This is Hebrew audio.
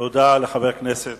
תודה לחבר הכנסת